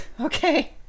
Okay